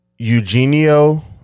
Eugenio